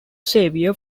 xavier